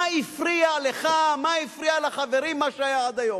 מה הפריע לך, מה הפריע לחברים מה שהיה עד היום?